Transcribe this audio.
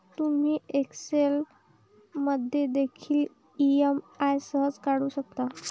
तुम्ही एक्सेल मध्ये देखील ई.एम.आई सहज काढू शकता